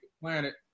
planet